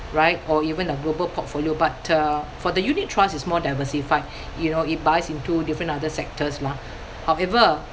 right or even a global portfolio but uh for the unit trust it's more diversified you know it buys into different other sectors mah however